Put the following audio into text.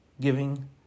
giving